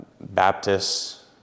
Baptists